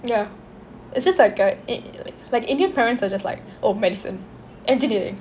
ya it's just like a in~ like indian parents are just like oh medicine engineering